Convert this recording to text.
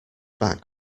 back